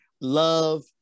love